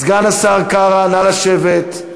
סגן השר קרא, נא לשבת.